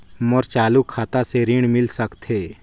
मोर चालू खाता से ऋण मिल सकथे?